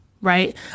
Right